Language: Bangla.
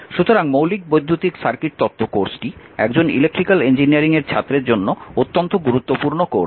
সুতরাং মৌলিক বৈদ্যুতিক সার্কিট তত্ত্ব কোর্সটি একজন ইলেকট্রিক্যাল ইঞ্জিনিয়ারিং এর ছাত্রের জন্য অত্যন্ত গুরুত্বপূর্ণ কোর্স